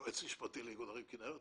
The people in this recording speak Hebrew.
אני יועץ משפטי לאיגוד ערים כינרת.